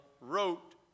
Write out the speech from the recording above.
wrote